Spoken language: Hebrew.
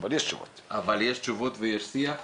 אבל יש תשובות ויש שיח.